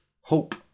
hope